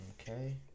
Okay